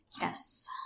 Yes